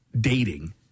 dating